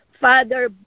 Father